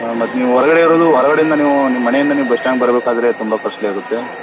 ಮತ್ತು ನೀವು ಹೊರಗಡೆ ಇರದು ಹೊರಗಡೆ ಇಂದ ನೀವು ನಿಮ್ಮ ಮನೆಯಿಂದ ನೀವು ಬಸ್ ಸ್ಟ್ಯಾಂಡ್ಗ್ ಬರ್ಬೇಕಾದರೆ ತುಂಬಾ ಕಾಸ್ಟ್ಲಿ ಆಗತ್ತೆ